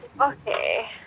Okay